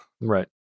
Right